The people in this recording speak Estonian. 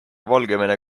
valgevene